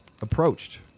approached